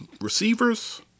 receivers